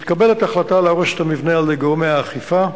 מתקבלת החלטה להרוס את המבנה על-ידי גורמי האכיפה,